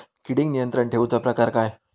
किडिक नियंत्रण ठेवुचा प्रकार काय?